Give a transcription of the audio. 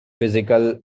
physical